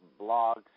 blogs